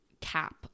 cap